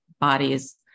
bodies